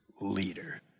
leader